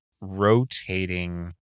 rotating